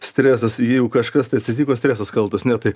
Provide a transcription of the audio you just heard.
stresas jeigu kažkas tai atsitiko stresas kaltas ne tai